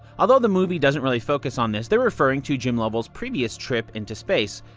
although the movie doesn't really focus on this, they're referring to jim lovell's previous trip into space.